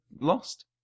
lost